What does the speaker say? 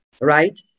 right